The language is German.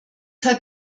hat